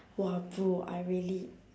!wah! bro I really